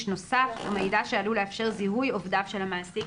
נוסף או מידע שעלול לאפשר זיהוי עובדיו של המעסיק.